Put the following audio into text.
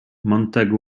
montagu